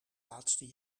laatste